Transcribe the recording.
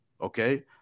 Okay